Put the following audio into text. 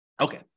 okay